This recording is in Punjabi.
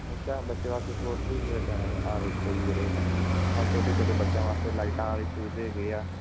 ਅੱਛਾ ਬੱਚੇ ਵਾਸਤੇ ਸਪੋਰਟਸ ਸ਼ੂਜ਼ ਵੇਖਣੇ ਆਹ ਵੇਖੋ ਜੀ ਵੀਰੇ ਆਹ ਛੋਟੇ ਛੋਟੇ ਬੱਚਿਆਂ ਵਾਸਤੇ ਲਾਈਟਾਂ ਵਾਲੇ ਸ਼ੂਜ ਹੈਗੇ ਆ